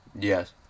Yes